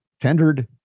tendered